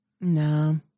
No